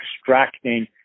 extracting